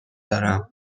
دارم